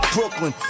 Brooklyn